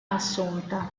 assunta